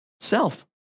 self